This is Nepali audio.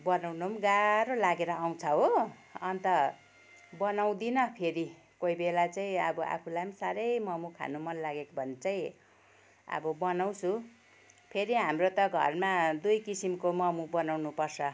बनाउनु पनि गाह्रो लागेर आउँछ हो अन्त बनाउँदिन फेरि कोही बेला चाहिँ अब आफूलाई पनि साह्रै मोमो खानु मन लाग्यो भने चाहिँ अब बनाउँछु फेरि हाम्रो त घरमा दुई किसिमको मोमो बनाउनु पर्छ